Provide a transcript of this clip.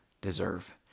deserve